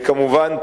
כמובן,